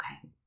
Okay